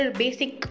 basic